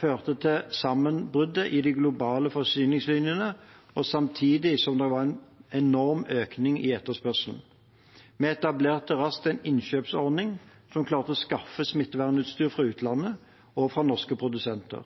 førte til sammenbruddet i globale forsyningslinjer samtidig med enorm økning i etterspørselen. Vi etablerte raskt en innkjøpsordning som klarte å skaffe smittevernutstyr fra utlandet og fra norske produsenter.